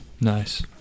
Nice